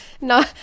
No